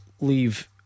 leave